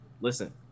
listen